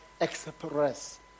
Express